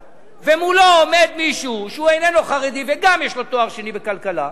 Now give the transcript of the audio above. ומולו עומד מישהו שהוא איננו חרדי וגם לו יש תואר שני בכלכלה,